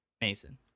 Mason